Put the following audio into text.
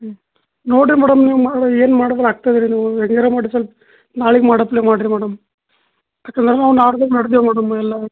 ಹ್ಞೂ ನೋಡಿರಿ ಮೇಡಮ್ ನೀವು ನಾಳೆ ಏನು ಮಾಡದ್ರೆ ಆಗ್ತಾದೆ ರೀ ನೀವು ರೆಡಿ ಆರು ಮಾಡಿರಿ ಸ್ವಲ್ಪ ನಾಳಿಗೆ ಮಾಡಾತಲೆ ಮಾಡಿರಿ ಮೇಡಮ್ ಯಾಕಂದ್ರೆ ನಾವು ನಾಡ್ದೀಗೆ ನಡ್ದೇವೆ ಮೇಡಮ್ ಎಲ್ಲಾರು